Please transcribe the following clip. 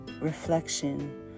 reflection